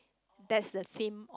that's the theme of